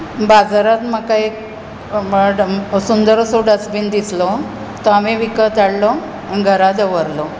बाजारांत म्हाका एक सुंदर असो डस्टबीन दिसलो तो हांवें विकत हाडलो आनी घरा दवरलो